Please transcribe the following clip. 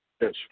Yes